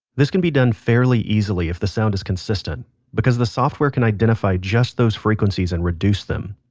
this can be done fairly easily if the sound is consistent because the software can identify just those frequencies and reduce them.